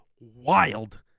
wild